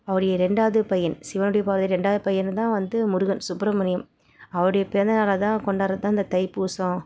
அவருடைய ரெண்டாவது பையன் சிவனுடைய பார்வதி ரெண்டாவது பையன் தான் வந்து முருகன் சுப்ரமணியம் அவருடைய பிறந்தநாளை தான் கொண்டாடுறது தான் இந்த தைப்பூசம்